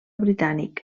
britànic